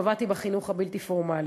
ועבדתי בחינוך הבלתי-פורמלי.